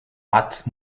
pas